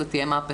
זאת תהיה מהפכה.